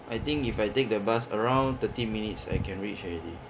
I think if I take the bus around thirty minutes I can reach already